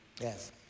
Yes